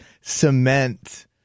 cement